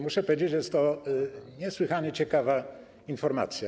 Muszę powiedzieć, że jest to niesłychanie ciekawa informacja.